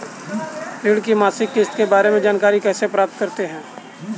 ऋण की मासिक किस्त के बारे में जानकारी कैसे प्राप्त करें?